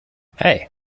hey